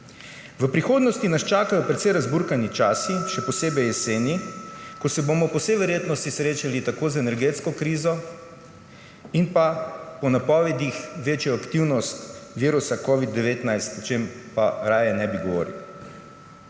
V prihodnosti nas čakajo precej razburkani časi, še posebej jeseni, ko se bomo po vsej verjetno srečali tako z energetsko krizo in po napovedih večjo aktivnostjo virusa covid-19, o čemer pa raje ne bi govorili.